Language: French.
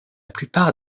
plupart